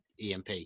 emp